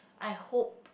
I hope